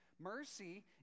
Mercy